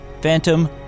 Phantom